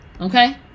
okay